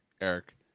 Eric